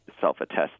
self-attest